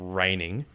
raining